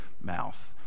mouth